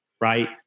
right